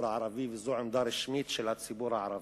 הערבי וזו עמדה רשמית של הציבור הערבי.